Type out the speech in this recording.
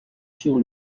sur